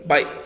Bye